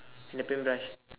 and the paint brush